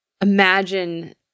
imagine